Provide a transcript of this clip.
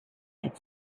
had